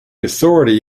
authority